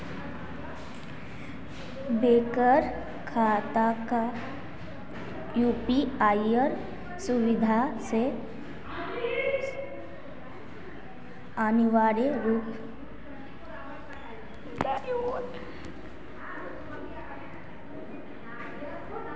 बैंकेर खाताक यूपीआईर सुविधा स अनिवार्य रूप स जोडाल जा छेक